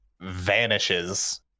vanishes